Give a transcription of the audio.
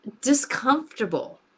discomfortable